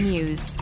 News